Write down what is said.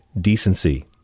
decency